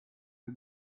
the